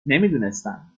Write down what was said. نمیدونستم